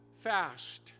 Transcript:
fast